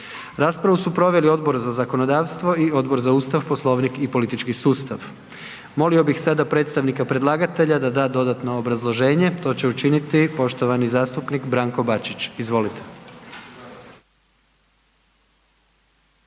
Raspravu su proveli Odbor za zakonodavstvo i Odbor za Ustav, Poslovnik i politički sustav. Molio bih sada predstavnika predlagatelja da da dodatno obrazloženje. To će učiniti poštovani zastupnik Branko Bačić, izvolite.